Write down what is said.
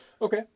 Okay